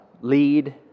lead